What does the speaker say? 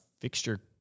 fixture